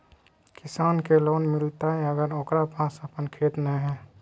किसान के लोन मिलताय अगर ओकरा पास अपन खेत नय है?